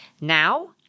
Now